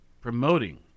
promoting